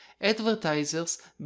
Advertisers